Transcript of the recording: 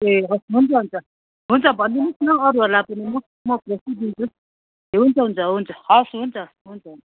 ए हवस् हुन्छ हुन्छ हुन्छ भनिदिनुहोस् न अरूहरूलाई पनि म म खोजिदिन्छु ए हुन्छ हुन्छ हुन्छ हवस् हुन्छ हुन्छ